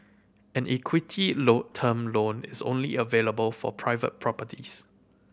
an equity loan term loan is only available for private properties